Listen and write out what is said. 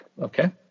Okay